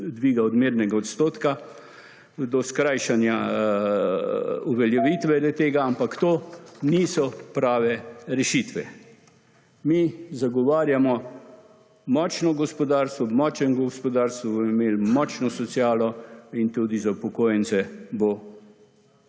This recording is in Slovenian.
dviga odmernega odstotka, do skrajšanja uveljavitve le-tega, ampak to niso prave rešitve. Mi zagovarjamo močno gospodarstvo, močno gospodarstvo bomo imeli, močno socialo in tudi za upokojence bo